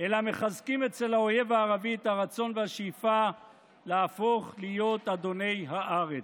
אלא מחזקים אצל האויב הערבי את הרצון והשאיפה להפוך להיות אדוני הארץ.